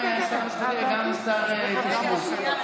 גם שר המשפטים וגם שר ההתיישבות.